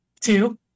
Two